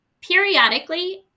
Periodically